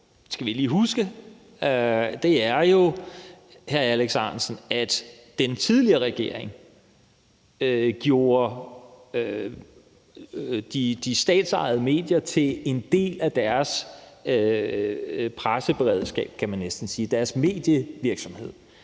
skal vi lige huske, hr. Alex Ahrendtsen, at den tidligere regering gjorde de statsejede medier til en del af deres presseberedskab, kan man næsten sige, altså deres medievirksomhed.